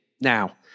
now